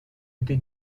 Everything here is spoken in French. été